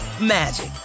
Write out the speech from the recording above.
magic